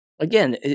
Again